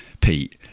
Pete